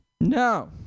No